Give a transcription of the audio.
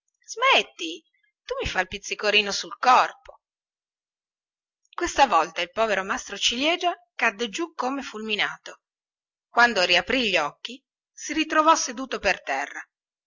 smetti tu mi fai il pizzicorino sul corpo questa volta il povero maestro ciliegia cadde giù come fulminato quando riaprì gli occhi si trovò seduto per terra